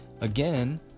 Again